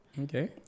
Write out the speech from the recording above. okay